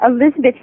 Elizabeth